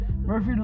murphy